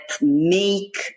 make